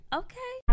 okay